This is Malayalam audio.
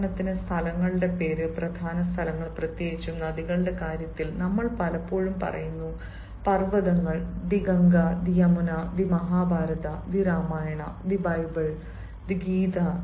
ഉദാഹരണത്തിന് സ്ഥലങ്ങളുടെ പേരുകൾ പ്രധാന സ്ഥലങ്ങൾ പ്രത്യേകിച്ചും നദികളുടെ കാര്യത്തിൽ നമ്മൾ പലപ്പോഴും പറയുന്ന പർവതങ്ങൾ the Ganga the Yamuna the Mahabharata the Ramayana the Bible the Gita വേദങ്ങൾ the Ganges the Yamuna names of great books